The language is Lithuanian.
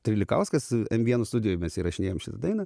trilikauskas em vieno studijoj mes įrašinėjom šitą dainą